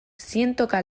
zientoka